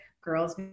girls